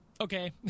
okay